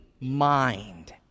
mind